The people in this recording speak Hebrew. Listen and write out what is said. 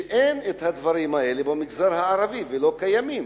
ואין הדברים האלה במגזר הערבי, הם לא קיימים.